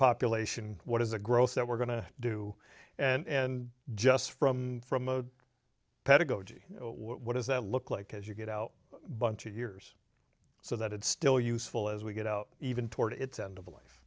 population what is the growth that we're going to do and just from pedagogy what does that look like as you get out bunch of years so that it's still useful as we get out even toward its end of life